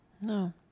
No